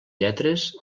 lletres